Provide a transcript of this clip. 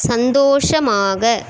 சந்தோஷமாக